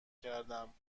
کردم